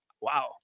wow